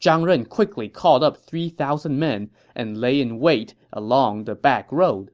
zhang ren quickly called up three thousand men and lay in wait along the back road